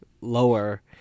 lower